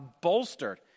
bolstered